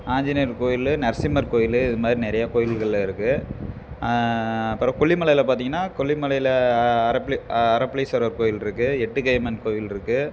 ஆஞ்சநேயர் கோயில் நரசிம்மர் கோயில் இது மாதிரி நிறைய கோயில்கள் இருக்குது அப்புறம் கொல்லிமலையில் பார்த்தீங்கன்னா கொல்லிமலையில் அறப்பளீ அறப்பளீஸ்வரர் கோவில் இருக்குது எட்டுக்கை அம்மன் கோவில் இருக்குது